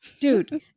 dude